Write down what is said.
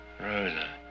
Rosa